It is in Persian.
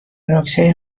نکته